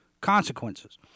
consequences